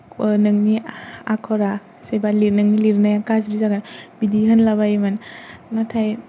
नोंनि आखरा जे एबा नोंनि लिरनाया गाज्रि जागोन बिदि होनलाबायोमोन नाथाय